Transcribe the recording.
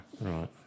Right